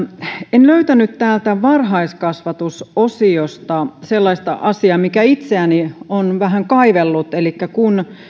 en löytänyt täältä varhaiskasvatusosiosta sellaista asiaa mikä itseäni on vähän kaivellut kun